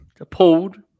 appalled